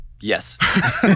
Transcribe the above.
Yes